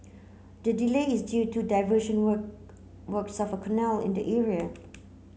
the delay is due to diversion work works of a canal in the area